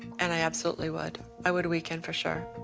and i absolutely would. i would weaken, for sure.